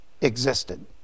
existed